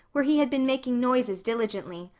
where he had been making noises diligently.